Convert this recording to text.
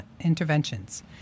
interventions